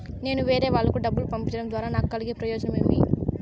నేను వేరేవాళ్లకు డబ్బులు పంపించడం ద్వారా నాకు కలిగే ప్రయోజనం ఏమి?